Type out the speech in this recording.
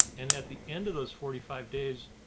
and at the end of those forty five days,